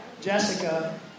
Jessica